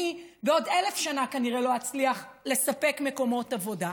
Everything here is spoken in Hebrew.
אני בעוד אלף שנה כנראה לא אצליח לספק במקומות עבודה,